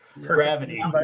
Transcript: gravity